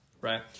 right